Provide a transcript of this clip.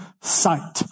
sight